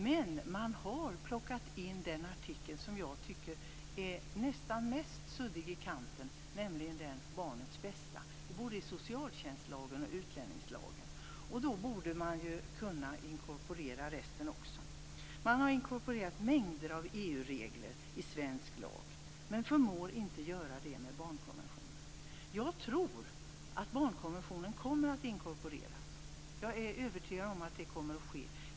Men man har tagit med den artikel som jag nog tycker är suddigast i kanten, nämligen den om barnets bästa, i både socialtjänstlagen och utlänningslagen. Således borde resten också kunna inkorporeras. En mängd EU-regler har inkorporerats i svensk lag men man förmår inte göra detsamma med barnkonventionen. Jag är övertygad om att den kommer att inkorporeras.